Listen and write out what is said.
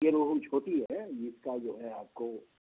یہ روہو چھوٹی ہے جس کا جو ہے آپ کو